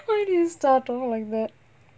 why did you start off like that